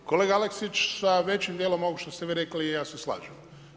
Pa kolega Aleksić, sa većim djelom ovoga što ste vi rekli, ja se slažem.